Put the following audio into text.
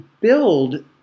build